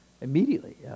immediately